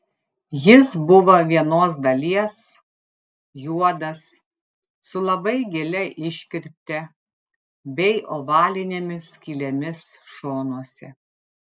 jis buvo vienos dalies juodas su labai gilia iškirpte bei ovalinėmis skylėmis šonuose